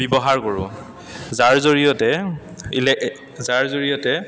ব্যৱহাৰ কৰোঁ যাৰ জৰিয়তে ইলে যাৰ জৰিয়তে